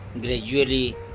gradually